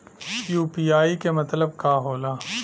UPI के मतलब का होला?